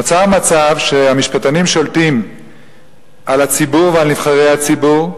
נוצר מצב שהמשפטנים שולטים על הציבור ועל נבחרי הציבור,